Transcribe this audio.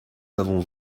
avons